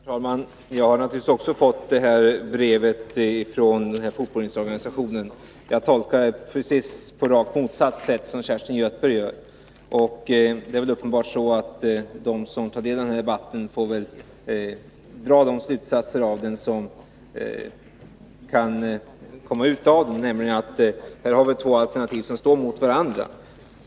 Herr talman! Jag har naturligtvis också fått brevet från denna fortbildningsorganisation. Jag tolkar det emellertid på rakt motsatt sätt, Kerstin Göthberg. Det är väl uppenbarligen så att de som tar del av den här debatten får dra de slutsatser som kan komma ut av den, nämligen att det finns två alternativ som står mot varandra.